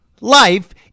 life